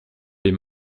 les